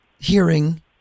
hearing